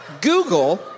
Google